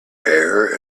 air